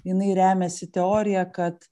jinai remiasi teorija kad